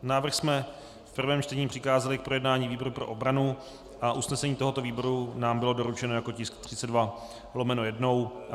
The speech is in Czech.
Návrh jsme v prvém čtení přikázali k projednání výboru pro obranu a usnesení tohoto výboru nám bylo doručeno jako tisk 32/1.